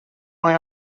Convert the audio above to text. mae